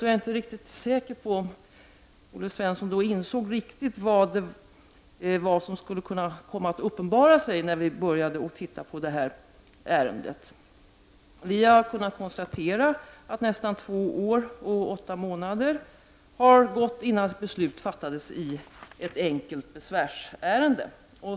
Jag är inte riktigt säker på om Olle Svensson riktigt insåg vad som skulle komma att uppenbara sig när vi började titta på detta ärende. Vi har kunnat konstatera att nästan två år och åtta månader har gått innan ett beslut fattades i ett enkelt besvärsärende.